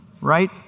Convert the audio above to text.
right